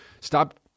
Stop